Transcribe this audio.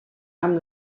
amb